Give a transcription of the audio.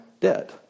debt